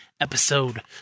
Episode